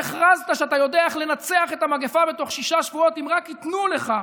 שהכרזת שאתה יודע איך לנצח את המגפה בשישה שבועות אם רק ייתנו לך,